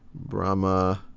brahmagupta,